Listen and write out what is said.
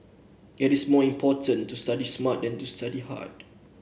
it is more important to study smart than to study hard